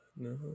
no